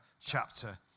chapter